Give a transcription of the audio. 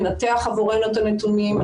מנתח עבורנו את הנתונים,